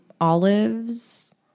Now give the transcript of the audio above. olives